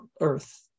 earth